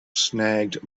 snagged